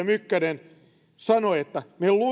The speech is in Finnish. mykkänen sanoi että me